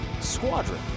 squadron